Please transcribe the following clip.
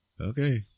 Okay